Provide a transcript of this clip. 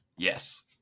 Yes